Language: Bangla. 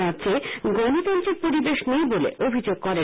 রাজ্যে গণতান্ত্রিক পরিবেশ নেই বলে অভিযোগ করেন